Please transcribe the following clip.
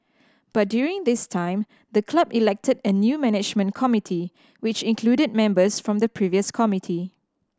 but during this time the club elected a new management committee which included members from the previous committee